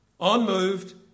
Unmoved